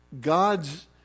God's